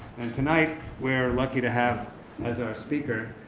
and tonight we're lucky to have as our speaker,